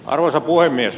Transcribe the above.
arvoisa puhemies